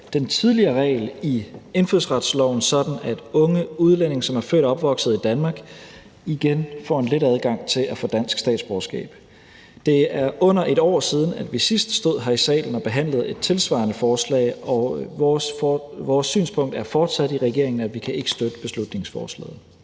den tidligere regel i indfødsretsloven, sådan at unge udlændinge, som er født og opvokset i Danmark, igen får en let adgang til at få dansk statsborgerskab. Det er under et år siden, vi sidst stod her i salen og behandlede et tilsvarende forslag, og vores synspunkt er fortsat i regeringen, at vi ikke kan støtte beslutningsforslaget.